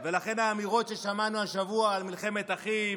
ולכן האמירות ששמענו השבוע על מלחמת אחים,